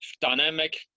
dynamic